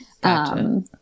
Gotcha